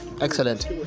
excellent